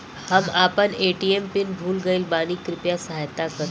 हम आपन ATM pin भूल गईल बानी कृपया सहायता करी